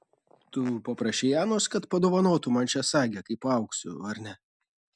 tu paprašei anos kad padovanotų man šią sagę kai paaugsiu ar ne